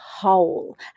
howl